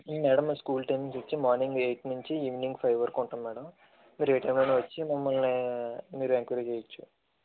madam మీ school timings వచ్చి morning eight నుంచి ఈవినింగ్ ఫైవ్ వరకు ఉంటది మేడం మీరే టైమ్లో అయినా వచ్చి మమ్మల్ని మీరు ఎంక్వయిరీ చెయ్యచ్చు